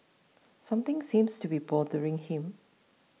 something seems to be bothering him